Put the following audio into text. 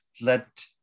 let